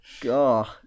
god